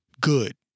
good